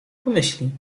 pomyśli